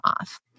off